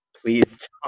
please